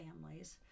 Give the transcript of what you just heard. families